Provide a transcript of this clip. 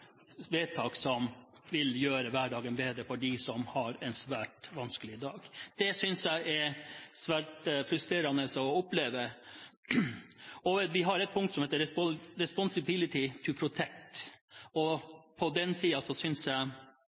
vedtak som ville gjøre hverdagen bedre for dem som har en svært vanskelig hverdag. Det synes jeg er svært frustrerende å oppleve. Vi har et prinsipp om Responsibilty to Protect, og på bakgrunn av det synes jeg